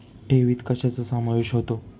ठेवीत कशाचा समावेश होतो?